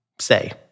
say